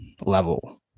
level